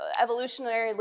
evolutionary